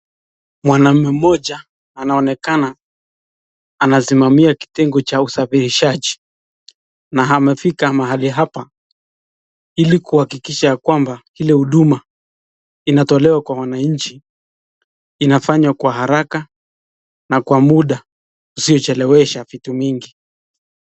Mwanaume mmoja anaonekana anasimamia kitengo cha usafirishaji na amefika mahali hapa ili kuhakikisha ya kwamba kila huduma inatolewa kwa wanainchi inatolewa kwa haraka na kwa muda usiochelewesha vitu mingi.